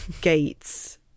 gates